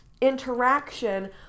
interaction